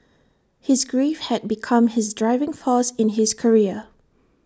his grief had become his driving force in his career